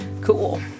Cool